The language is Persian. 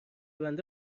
بنده